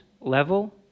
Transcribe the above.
level